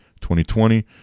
2020